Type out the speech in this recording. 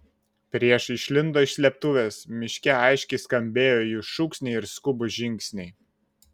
priešai išlindo iš slėptuvės miške aiškiai skambėjo jų šūksniai ir skubūs žingsniai